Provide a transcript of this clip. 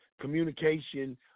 communication